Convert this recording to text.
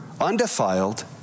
undefiled